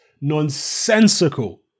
nonsensical